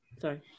Sorry